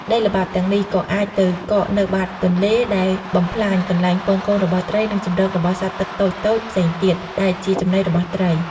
ដីល្បាប់ទាំងនេះក៏អាចទៅកកនៅបាតទន្លេ ដែលបំផ្លាញកន្លែងពងកូនរបស់ត្រី និងជម្រករបស់សត្វទឹកតូចៗផ្សេងទៀត ដែលជាចំណីរបស់ត្រី។